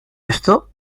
esto